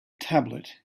tablet